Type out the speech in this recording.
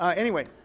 um anyway.